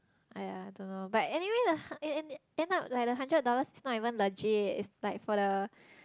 !aiya! I don't know but anyway the ha~ end up like the hundred dollars is not even legit it's like for the